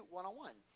One-on-one